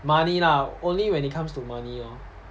money lah only when it comes to money lor